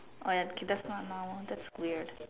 oh ya okay that's not normal that's weird